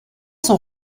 sont